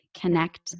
connect